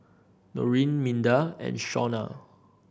Norene Minda and Shawna